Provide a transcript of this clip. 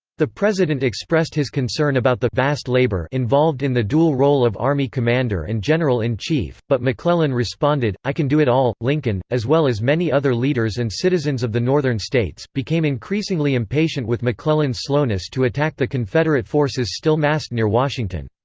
the president expressed his concern about the vast labor involved in the dual role of army commander and general-in-chief, but mcclellan responded, i can do it all. lincoln, as well as many other leaders and citizens of the northern states, became increasingly impatient with mcclellan's slowness to attack the confederate forces still massed near washington.